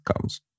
comes